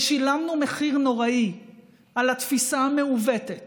הרי שילמנו מחיר נוראי על התפיסה המעוותת